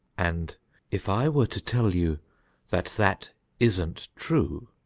and if i were to tell you that that isn't true,